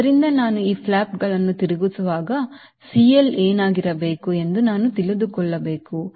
ಆದ್ದರಿಂದ ನಾನು ಈ ಫ್ಲಾಪ್ಗಳನ್ನು ತಿರುಗಿಸುವಾಗ CL ಏನಾಗಿರಬೇಕು ಎಂದು ನಾನು ತಿಳಿದುಕೊಳ್ಳಬೇಕು